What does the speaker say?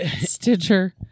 Stitcher